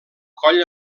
coll